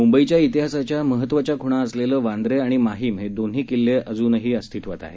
मुंबईच्या तिहासाच्या महत्वाच्या खुणा असलेले वांद्रे आणि माहीम हे दोन्ही किल्ले अजूनही अस्तित्वात आहेत